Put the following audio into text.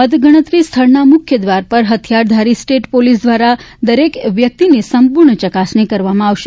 મતગણતરી સ્થળના મુખ્ય દ્વાર પર હથિયારધારી સ્ટેટ પોલીસ દ્વારા દરેક વ્યક્તિની સંપૂર્ણ ચકાસણી કરવામાં આવશે